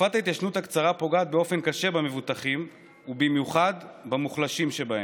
תקופת ההתיישנות הקצרה פוגעת באופן קשה במבוטחים ובמיוחד במוחלשים שבהם.